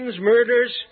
murders